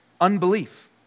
unbelief